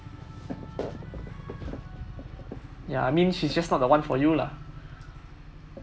ya I mean she's just not the one for you lah